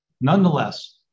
Nonetheless